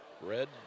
red